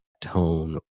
tone